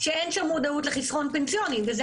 שאין שם מודעות לחיסכון פנסיוני וזה